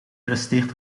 resteert